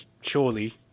surely